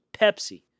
Pepsi